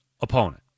opponent